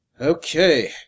Okay